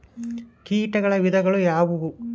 ಕೇಟಗಳ ವಿಧಗಳು ಯಾವುವು?